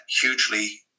hugely